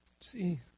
See